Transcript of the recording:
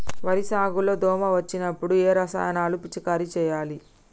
వరి సాగు లో దోమ వచ్చినప్పుడు ఏ రసాయనాలు పిచికారీ చేయాలి?